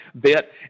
Bit